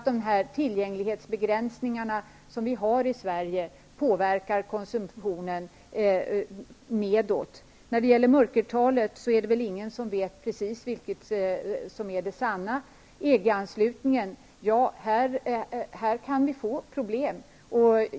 De tillgänglighetsbegränsningar vi har i Sverige påverkar konsumtionen nedåt. Det är väl ingen som vet precis vilket som är det sanna mörkertalet. När det gäller EG-anslutningen kan vi få problem.